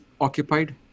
occupied